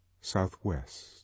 southwest